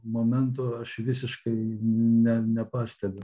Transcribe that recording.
momento aš visiškai ne nepastebiu